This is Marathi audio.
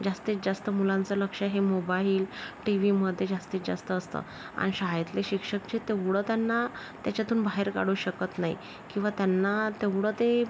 जास्तीत जास्त मुलांचं लक्ष हे मोबाईल टी वीमध्ये जास्तीत जास्त असतं आणि शाळेतले शिक्षक जे तेवढं त्यांना त्याच्यातून बाहेर काढू शकत नाही किंवा त्यांना तेवढं ते